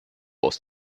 aus